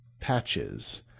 patches